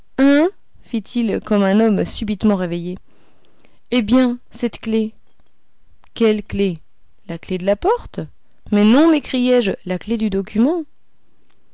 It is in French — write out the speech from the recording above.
fit-il comme un homme subitement réveillé eh bien cette clef quelle clef la clef de la porte mais non m'écriai-je la clef du document